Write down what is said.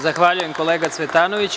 Zahvaljujem, kolega Cvetanoviću.